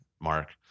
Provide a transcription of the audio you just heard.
Mark